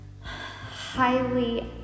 highly